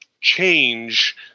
change